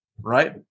right